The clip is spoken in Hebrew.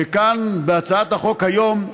שכאן, בהצעת החוק היום,